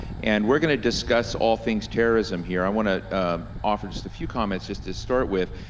and we're gonna discuss all things terrorism here. i want to offer just a few comments just to start with,